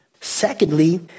Secondly